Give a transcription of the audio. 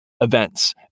events